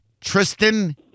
Tristan